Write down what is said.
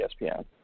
ESPN